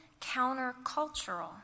countercultural